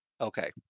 Okay